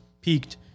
peaked